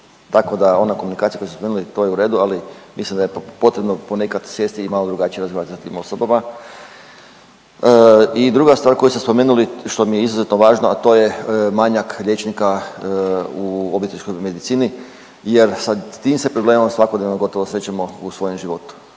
Tako da ona komunikacija koju ste spomenuli to je u redu, ali mislim da je potrebno ponekad sjesti i malo drugačije razgovarati sa tim osobama. I druga stvar koju ste spomenuli što mi je izuzetno važno, a to je manjak liječnika u obiteljskoj medicini jer sa tim se problemom svakodnevno gotovo susrećemo u svojem životu